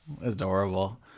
adorable